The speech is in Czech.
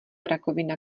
rakovina